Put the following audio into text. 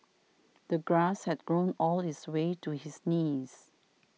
the grass had grown all this way to his knees